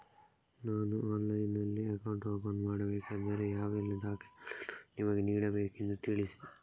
ನಾನು ಆನ್ಲೈನ್ನಲ್ಲಿ account open ಮಾಡಬೇಕಾದರೆ ಯಾವ ಎಲ್ಲ ದಾಖಲೆಗಳನ್ನು ನಿಮಗೆ ನೀಡಬೇಕೆಂದು ತಿಳಿಸಿ?